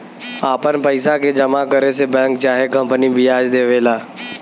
आपन पइसा के जमा करे से बैंक चाहे कंपनी बियाज देवेला